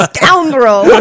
Scoundrel